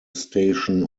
station